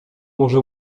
może